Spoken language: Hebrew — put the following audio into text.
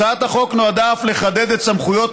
הצעת החוק נועדה אף לחדד את סמכויות